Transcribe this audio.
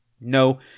No